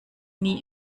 nie